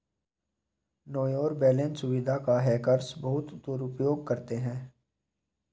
no your balance सुविधा का hackers बहुत दुरुपयोग करते हैं